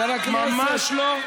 ממש לא.